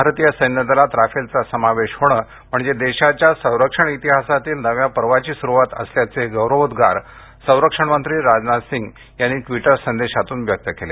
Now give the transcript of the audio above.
भारतीय सैन्य दलात राफेलचा समावेश होणं म्हणजे देशाच्या संरक्षण इतिहासातील नव्या पर्वाची सुरुवात असल्याचे गौरवोद्गार संरक्षण मंत्री राजनाथ सिंग यांनी ट्विटर संदेशांतून व्यक्त केले